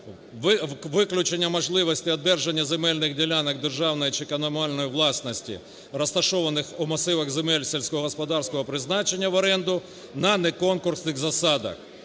Виключення можливості одержання земельних ділянок державної чи комунальної власності, розташованих у масивах земель сільськогосподарського призначення, в оренду на неконкурсних засадах.